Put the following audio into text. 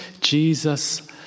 Jesus